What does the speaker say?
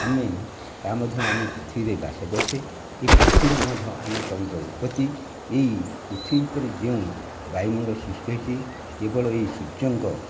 ଆମେ ତା ମଧ୍ୟ ଆମେ ପୃଥିବୀରେ ବାସ କରିଛୁ ଏ ପୃଥିବୀ ମଧ୍ୟ ଆମ ଜନ୍ମ ଉତ୍ପତ୍ତି ଏଇ ପୃଥିବୀ ଉପରେ ଯେଉଁ ବାୟୁମଣ୍ଡଳ ସୃଷ୍ଟି ହୋଇଛି କେବଳ ଏଇ ସୂର୍ଯ୍ୟଙ୍କ